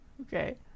okay